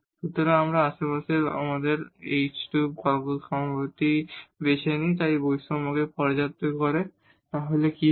সুতরাং যদি আমরা আশেপাশের আমাদের h এবং k পয়েন্টটি বেছে নিই যা এই বৈষম্যকে পর্যাপ্ত করে তাহলে কী হবে